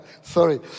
Sorry